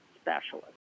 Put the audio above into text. specialist